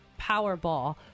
Powerball